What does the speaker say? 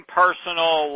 personal